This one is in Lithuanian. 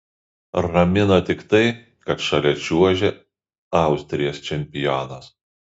ramino tik tai kad šalia čiuožė austrijos čempionas